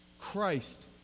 Christ